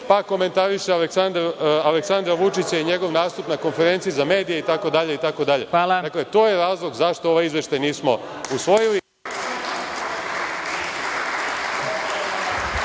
Pa komentariše Aleksandra Vučića i njegov nastup na konferenciji za medije itd, itd. Dakle, to je razlog zašto ovaj izveštaj nismo usvojili.